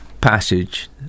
passage